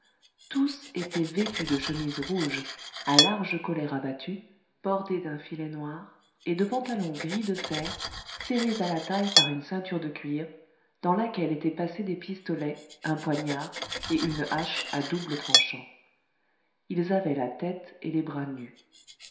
tous étaient vêtus de chemises rouges à large collet rabattu bordé d'un filet noir et de pantalons gris de fer serrés à la taille par une ceinture de cuir dans laquelle étaient passés des pistolets un poignard et une hache à double tranchant ils avaient la tête et les bras nus